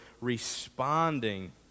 responding